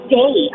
day